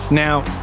now,